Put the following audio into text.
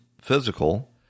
physical